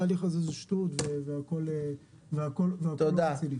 התהליך הזה זה שטויות והכול לא רציני.